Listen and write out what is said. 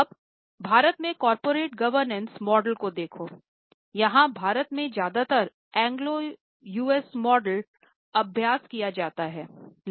अब भारत के corporate governance अभ्यास किया जा रहा है है